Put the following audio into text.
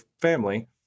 family